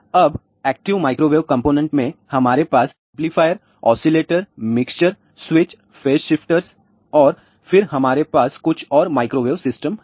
अबएक्टिव microwave component में हमारे पास एम्पलीफायरों oscillator mixer switch phase shifters और फिर हमारे पास कुछ और माइक्रोवेव सिस्टम हैं